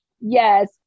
yes